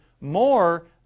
more